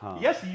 Yes